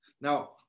Now